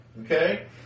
Okay